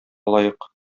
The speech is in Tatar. лаек